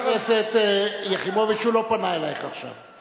חברת הכנסת יחימוביץ, הוא לא פנה אלייך עכשיו.